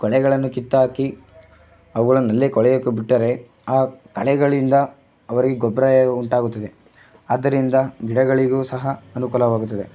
ಕಳೆಗಳನ್ನು ಕಿತ್ತಾಕಿ ಅವುಗಳನ್ನಲ್ಲೇ ಕೊಳೆಯೋಕೆ ಬಿಟ್ಟರೆ ಆ ಕಳೆಗಳಿಂದ ಅವರಿಗೆ ಗೊಬ್ಬರ ಉಂಟಾಗುತ್ತದೆ ಆದ್ದರಿಂದ ಗಿಡಗಳಿಗೂ ಸಹ ಅನುಕೂಲವಾಗುತ್ತದೆ